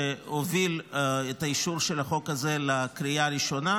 שהוביל את האישור של החוק הזה לקריאה הראשונה,